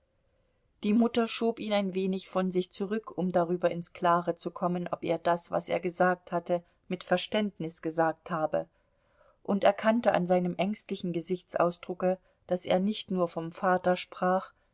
die mutter schob ihn ein wenig von sich zurück um darüber ins klare zu kommen ob er das was er gesagt hatte mit verständnis gesagt habe und erkannte an seinem ängstlichen gesichtsausdrucke daß er nicht nur vom vater sprach